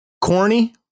corny